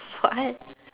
for what